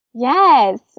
Yes